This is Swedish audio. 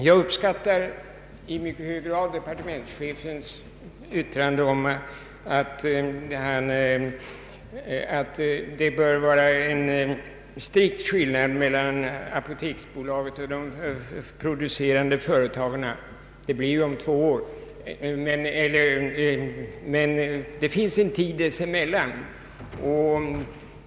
Jag uppskattar i mycket hög grad departementschefens yttrande att det bör vara en strikt skillnad mellan apoteksbolaget och de producerande företagen. Så blir det om två år, men vi har en tid dessförinnan.